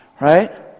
right